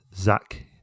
Zach